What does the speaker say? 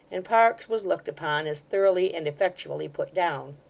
and parkes was looked upon as thoroughly and effectually put down.